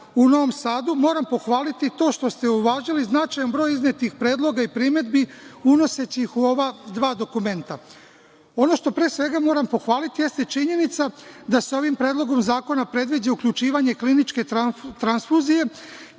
u Novom Sadu, moram pohvaliti to što ste uvažili značajan broj iznetih predloga i primedbi, unoseći ih u ova dva dokumenta. Ono što pre svega moram pohvaliti, jeste činjenica da se ovim predlogom zakona predviđa uključivanje kliničke transfuzije,